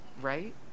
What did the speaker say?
Right